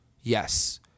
Yes